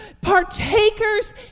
partakers